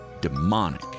demonic